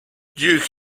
duke